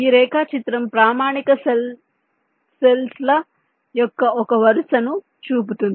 ఈ రేఖాచిత్రం ప్రామాణిక సెల్ సెల్స్ ల యొక్క ఒక వరుసను చూపుతుంది